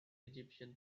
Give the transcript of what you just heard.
egyptian